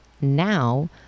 now